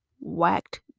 Whacked